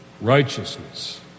righteousness